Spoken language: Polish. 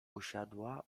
usiadła